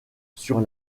sur